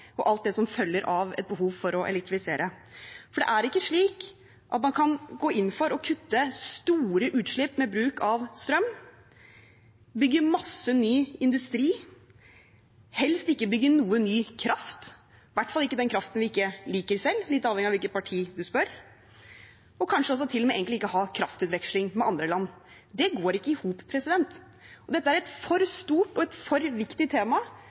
og alt det som følger av et behov for å elektrifisere. For det er ikke slik at man kan gå inn for å kutte store utslipp med bruk av strøm, bygge masse ny industri, helst ikke bygge noe ny kraft – i hvert fall ikke den kraften vi ikke liker selv, litt avhengig av hvilket parti man spør – og kanskje også til og med egentlig ikke ha kraftutveksling med andre land. Det går ikke i hop. Dette er et stort og viktig tema som legger hele rammen for